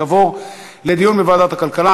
יעבור לדיון בוועדת הכלכלה.